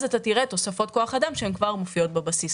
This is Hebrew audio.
אז אתה תראה תוספות כוח אדם כשהן כבר מופיעות בבסיס.